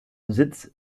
sitz